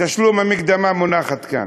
תשלום המקדמה מונחת כאן.